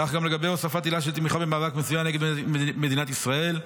כך גם לגבי הוספת עילה של תמיכה במאבק מזוין נגד מדינת ישראל.